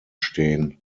stehen